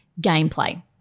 gameplay